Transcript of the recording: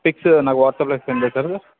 fix నాకు వాట్సప్లో send చేశారు